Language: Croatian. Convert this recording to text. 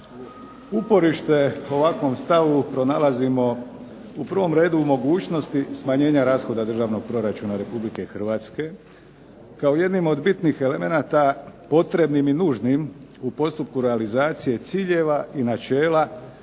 Uporište ovakvom stavu pronalazimo u prvom redu u mogućnosti smanjenja rashoda Državnog proračuna Republike Hrvatske kao jednim od bitnih elemenata potrebnim i nužnim u postupku realizacije ciljeva i načela